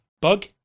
bug